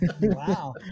wow